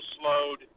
slowed